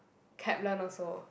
Kaplan also